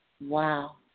Wow